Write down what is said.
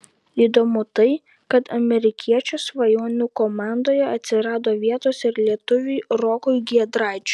įdomu tai kad amerikiečio svajonių komandoje atsirado vietos ir lietuviui rokui giedraičiui